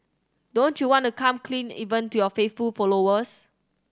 don't you want to come clean even to your faithful followers